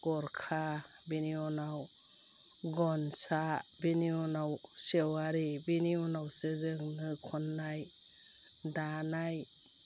गरखा बेनि उनाव गनसा बिनि उनाव सेवारि बिनि उनावसो जों नो खन्नाय दानाय